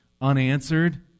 unanswered